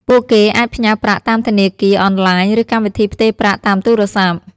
ពួកគេអាចផ្ញើប្រាក់តាមធនាគារអនឡាញ ឬកម្មវិធីផ្ទេរប្រាក់តាមទូរស័ព្ទ។